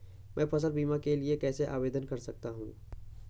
मैं फसल बीमा के लिए कैसे आवेदन कर सकता हूँ?